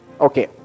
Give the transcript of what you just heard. okay